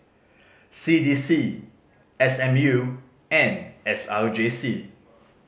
C D C S M U and S R J C